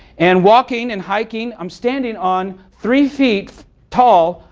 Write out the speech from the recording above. and walking and hiking, i'm standing on three feet tall,